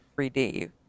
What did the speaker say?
3D